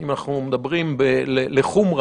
אם אנחנו מדברים לחומרא